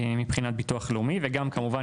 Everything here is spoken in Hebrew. מבחינת ביטוח לאומי וגם כמובן,